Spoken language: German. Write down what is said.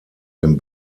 den